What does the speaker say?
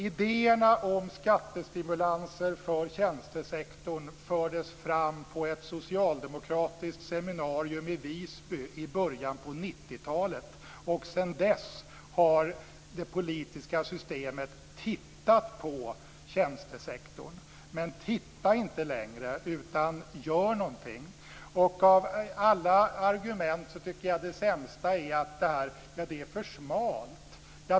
Idéerna om skattestimulanser för tjänstesektorn fördes fram på ett socialdemokratiskt seminarium i Visby i början av 90-talet. Sedan dess har det politiska systemet tittat på tjänstesektorn. Men titta inte längre, utan gör någonting! Av alla argument tycker jag det sämsta är att förslaget är för smalt.